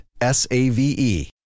S-A-V-E